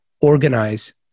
organize